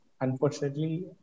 unfortunately